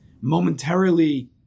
Momentarily